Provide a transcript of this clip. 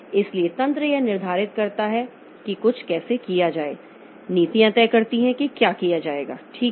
इसलिए तंत्र यह निर्धारित करता है कि कुछ कैसे किया जाए नीतियां तय करती हैं कि क्या किया जाएगा ठीक है